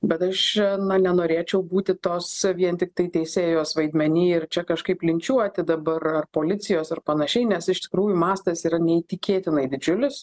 bet aš na nenorėčiau būti tos vien tiktai teisėjos vaidmeny ir čia kažkaip linčiuoti dabar ar policijos ar panašiai nes iš tikrųjų mastas yra neįtikėtinai didžiulis